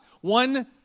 One